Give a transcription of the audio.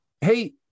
Hey